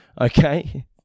okay